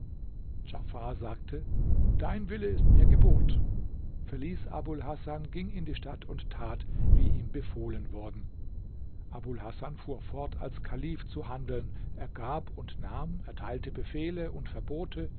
sagte dein wille ist mir gebot verließ abul hasan ging in die stadt und tat wie ihm befohlen worden abul hasan fuhr fort als kalif zu handeln er gab und nahm erteilte befehle und verbote